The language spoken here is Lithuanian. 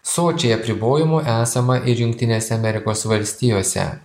sočiai apribojimų esama ir jungtinėse amerikos valstijose